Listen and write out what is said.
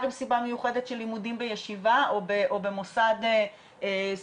עם סיבה מיוחדת של לימודים בישיבה או במוסד סטודנטיאלי,